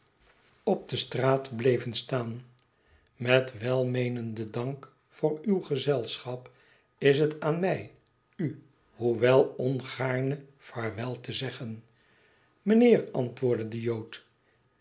op de straat bleven staan met welmeenenden dank voor uw gezelschap is het aan mij u hoewel ongaarne vaarwel te zeggen mijnheer antwoordde de jood